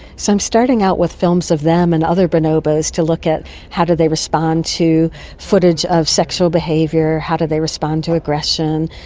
so i'm starting out with films of them and other bonobos to look at how do they respond to footage of sexual behaviour, how do they respond to aggression.